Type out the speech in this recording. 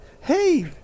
Hey